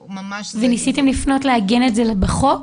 וניסיתם לפנות לעגן את זה בחוק,